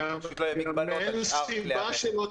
גם עופר היועץ המשפטי וגם עופר המנכ"ל,